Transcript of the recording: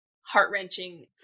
heart-wrenching